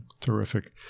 Terrific